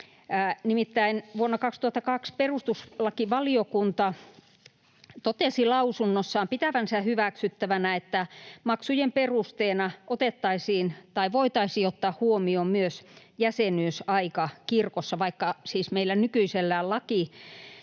Nimittäin vuonna 2002 perustuslakivaliokunta totesi lausunnossaan pitävänsä hyväksyttävänä, että maksujen perusteena otettaisiin tai voitaisiin ottaa huomioon myös jäsenyysaika kirkossa, vaikka siis meillä nykyisellään